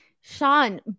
sean